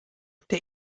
der